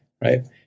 right